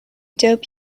dope